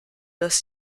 dass